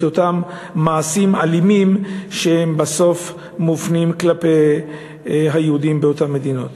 אותם מעשים אלימים שבסוף מופנים כלפי היהודים באותן מדינות.